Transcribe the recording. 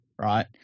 right